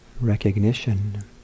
recognition